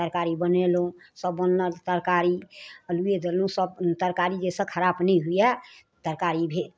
तरकारी बनेलहुँ सब बनल तरकारी अल्लुए देलहुँ सब तरकारी जाहिसँ खराब नहि हुअए तरकारी भेल